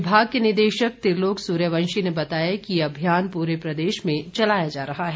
विभाग के निदेशक त्रिलोक सूर्यवंशी ने बताया कि यह अभियान पूरे प्रदेश में चलाया जा रहा है